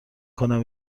کنم